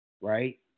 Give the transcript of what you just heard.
Right